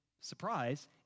surprise